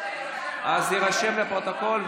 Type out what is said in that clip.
אז יירשם בפרוטוקול,